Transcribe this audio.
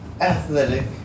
athletic